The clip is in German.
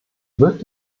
wird